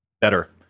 better